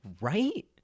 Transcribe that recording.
right